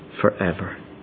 forever